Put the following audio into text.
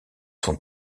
sont